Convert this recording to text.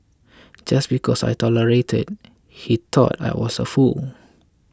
just because I tolerated he thought I was a fool